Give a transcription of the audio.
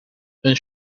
een